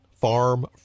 Farm